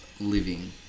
living